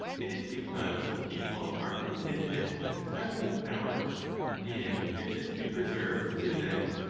it is because the people are contented with having the power and if this be preserved to them,